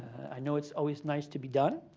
i know it's always nice to be done,